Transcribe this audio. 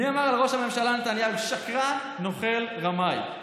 מי אמר על ראש הממשלה נתניהו: שקרן, נוכל, רמאי?